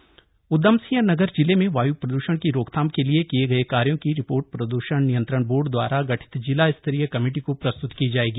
वायू प्रदूषण बैठक उधमसिंह नगर जिले में वाय् प्रदूषण की रोक थाम के लिए किये गये कार्यों की रिपोर्ट प्रदूषण नियंत्रण बोर्ड दवारा गठित जिला स्तरीय कमेटी को प्रस्त्त की जाएगी